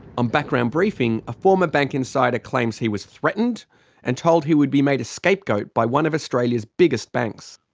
on background briefing a former bank insider claims he was threatened and told he would be made a scapegoat by one of australia's biggest banks.